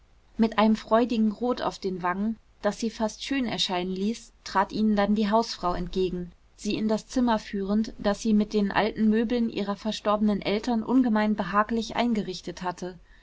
mit einem freudigen rot auf den wangen das sie fast schön erscheinen ließ trat ihnen dann die hausfrau entgegen sie in das zimmer führend das sie mit den alten möbeln ihrer verstorbenen eltern ungemein behaglich eingerichtet hatte